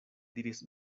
diris